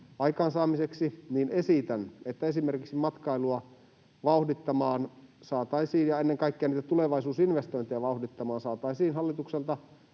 aikaansaamiseksi, esitän, että esimerkiksi matkailua ja ennen kaikkea niitä tulevaisuusinvestointeja vauhdittamaan saataisiin hallitukselta